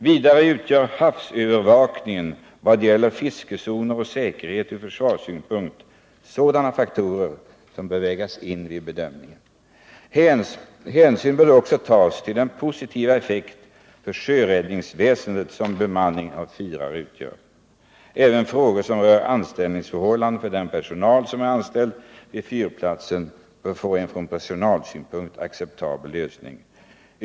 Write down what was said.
Vidare utgör havsövervakningen vad gäller fiskezoner och säkerheten ur försvarssynpunkt sådana faktorer som bör vägas in vid bedömningen. Hänsyn bör också tas till den positiva effekt för sjöräddningsväsendet som bemanningen av fyrar utgör. Även frågor som rör anställningsförhållanden för den personal som är anställd vid fyrplatser bör få en från personalsynpunkt acceptabel lösning.